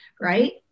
right